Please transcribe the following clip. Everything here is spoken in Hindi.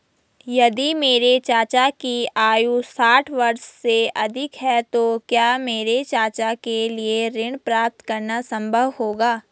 यदि मेरे चाचा की आयु साठ वर्ष से अधिक है तो क्या मेरे चाचा के लिए ऋण प्राप्त करना संभव होगा?